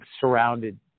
surrounded